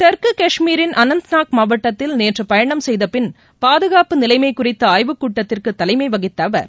தெற்கு காஷ்மீரின் அனந்நநாக் மாவட்டத்தில் நேற்று பயணம் செய்தபின் பாதுகாப்பு நிலைமை குறித்த ஆய்வுக்கூட்டத்திற்க தலைமை வகித்த அவர்